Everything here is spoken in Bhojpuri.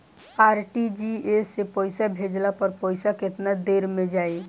आर.टी.जी.एस से पईसा भेजला पर पईसा केतना देर म जाई?